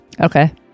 Okay